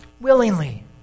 willingly